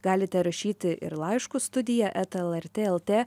galite rašyti ir laiškus studija eta lrt lt